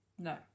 No